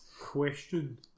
Question